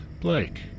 Blake